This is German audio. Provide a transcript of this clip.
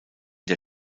der